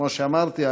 כמו שאמרתי,